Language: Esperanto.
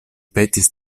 petis